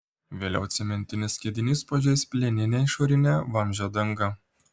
vėliau cementinis skiedinys pažeis plieninę išorinę vamzdžio dangą